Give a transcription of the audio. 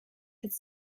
could